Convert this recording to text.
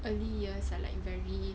early years are like very